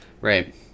Right